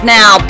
now